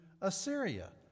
Assyria